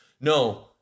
No